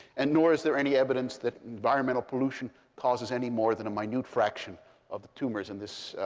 and nor is there any evidence that environmental pollution causes any more than a minute fraction of the tumors in this